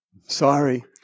Sorry